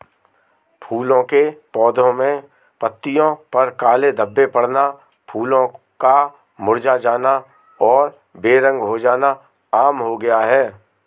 फूलों के पौधे में पत्तियों पर काले धब्बे पड़ना, फूलों का मुरझा जाना और बेरंग हो जाना आम हो गया है